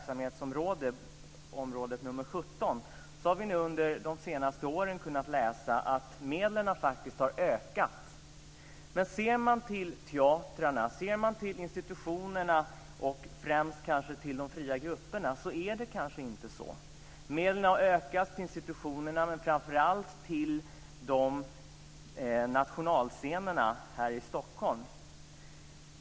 17, har vi under de senaste åren kunnat läsa att medlen faktiskt har ökat. Men om man ser till teatrarna, till institutionerna och främst kanske till de fria grupperna så är det kanske inte så. Medlen har ökat till institutionerna, men framför allt till nationalscenerna här i Stockholm.